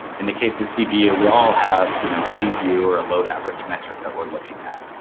in the case of cpu, we all have you know cpu or a load average metric that we're looking at.